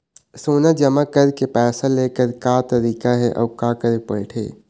सोना जमा करके पैसा लेकर का तरीका हे अउ का करे पड़थे?